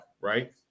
right